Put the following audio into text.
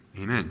Amen